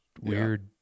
weird